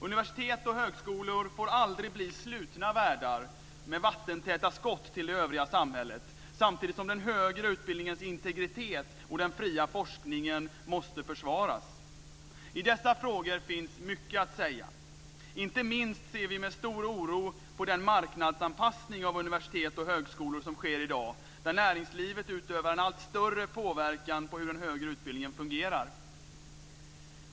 Universitet och högskolor får aldrig bli slutna världar med vattentäta skott till det övriga samhället, samtidigt som den högre utbildningens integritet och den fria forskningen måste försvaras. I dessa frågor finns mycket att säga. Inte minst ser vi med stor oro på den marknadsanpassning av universitet och högskolor som sker i dag, där näringslivet utövar en allt större påverkan på hur den högre utbildningen fungerar.